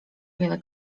wiele